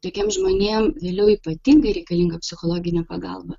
tokiem žmonėm vėliau ypatingai reikalinga psichologinė pagalba